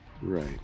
right